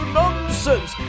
nonsense